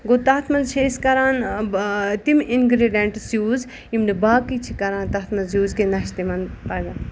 گوٚو تَتھ منٛز چھِ أسۍ کران تِم اِنگریٖڈِیَنٹٕس یوٗز یِم نہٕ باقٕے چھِ کران تَتھ مںٛز یوٗز کیٚںٛہہ نہ چھُ تِمن تَگان